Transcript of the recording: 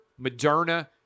Moderna